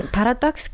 Paradox